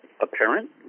apparent